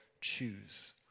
choose